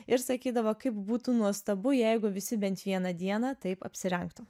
ir sakydavo kaip būtų nuostabu jeigu visi bent vieną dieną taip apsirengtų